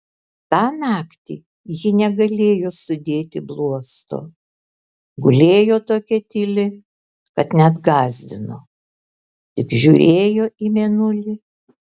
tą naktį ji negalėjo sudėti bluosto gulėjo tokia tyli kad net gąsdino tik žiūrėjo į mėnulį